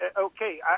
Okay